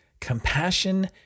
compassion